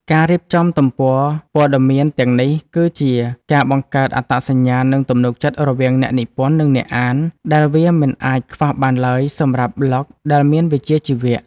ការរៀបចំទំព័រព័ត៌មានទាំងនេះ គឺជាការបង្កើត អត្តសញ្ញាណ និង ទំនុកចិត្ត រវាងអ្នកនិពន្ធ និងអ្នកអាន ដែលវាមិនអាចខ្វះបានឡើយសម្រាប់ប្លក់ដែលមានវិជ្ជាជីវៈ។